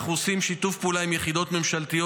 יש לנו שיתוף פעולה עם יחידות ממשלתיות,